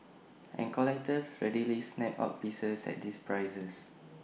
and collectors readily snap up pieces at these prices